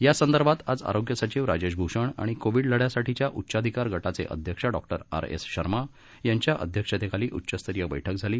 यासंदर्भात आज आरोग्य सचिव राजेश भूषण आणि कोविड लढ्यासाठीच्या उच्चाधिकार गटाचे अध्यक्ष डॉक्टर आर एस शर्मा यांच्या अध्यक्षतेखाली उच्चस्तरीय बछक झाली